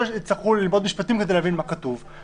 יצטרכו ללמוד משפטים כדי להבין מה כתוב.